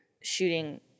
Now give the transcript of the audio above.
shooting